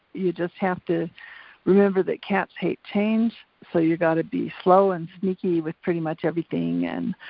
you just have to remember that cats hate change so you gotta be slow and sneaky with pretty much everything. and